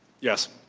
yes.